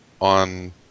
on